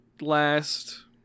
Last